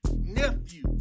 nephew